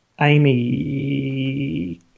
Amy